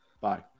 Bye